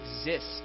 exist